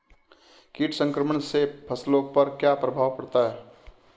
कीट संक्रमण से फसलों पर क्या प्रभाव पड़ता है?